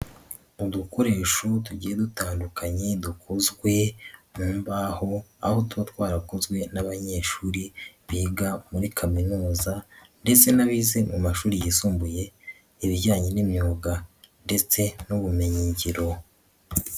Udukoresho tugiye dutandukanye dukozwe mu mbaho, aho tuba twarakozwe n'abanyeshuri biga muri kaminuza ndetse n'abize mu mashuri yisumbuye ibijyanye n'imyuga ndetse n'ubumenyingiro.